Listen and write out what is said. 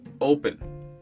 open